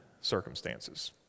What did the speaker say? circumstances